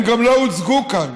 הם גם לא הוצגו כאן.